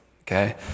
okay